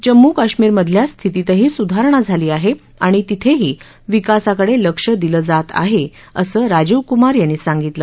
जम्मू काश्मीर मधल्या स्थितीतही सुधारणा झाली आहे आणि तिथेही विकासाकडे लक्ष दिलं जात आहे असं राजीव कुमार यांनी सांगितलं